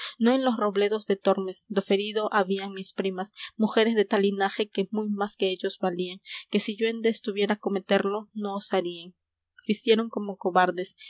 no en los robledos de tormes do ferido habían mis primas mujeres de tal linaje que muy más que ellos valían que si yo ende estuviera cometerlo no osarían ficieron como cobardes